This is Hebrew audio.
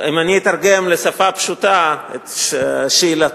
אם אני אתרגם לשפה פשוטה את שאלתו,